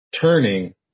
turning